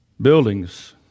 Buildings